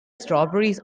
strawberries